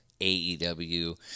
AEW